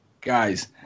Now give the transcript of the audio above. Guys